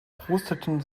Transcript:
prosteten